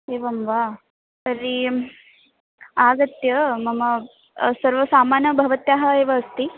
एवं वा तर्हि आगत्य मम सर्वसाधनानि भवत्याः एव अस्ति